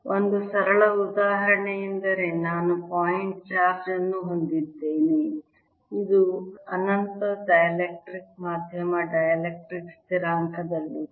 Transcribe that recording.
ಒಂದು ಸರಳ ಉದಾಹರಣೆಯೆಂದರೆ ನಾನು ಪಾಯಿಂಟ್ ಚಾರ್ಜ್ ಅನ್ನು ಹೊಂದಿದ್ದೇನೆ ಇದು ಅನಂತ ಡೈಎಲೆಕ್ಟ್ರಿಕ್ ಮಾಧ್ಯಮ ಡೈಎಲೆಕ್ಟ್ರಿಕ್ ಸ್ಥಿರಾಂಕದಲ್ಲಿದೆ